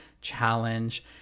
challenge